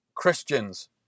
Christians